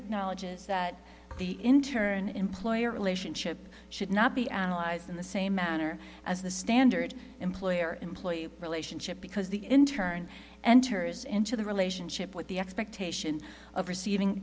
acknowledges that the in turn employer relationship should not be analyzed in the same manner as the standard employer employee relationship because the interned and tears into the relationship with the expectation of receiving